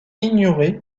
ignoré